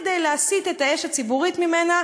כדי להסיט את האש הציבורית ממנה,